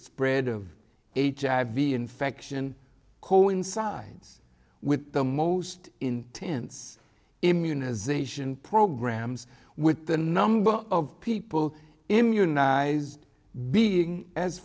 spread of hiv infection coincides with the most intense immunization programs with the number of people immunize being as